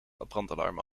brandalarm